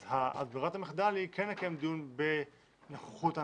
אז ברירת המחדל היא כן לקיים דיון בנוכחות האנשים.